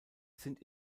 sind